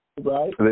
Right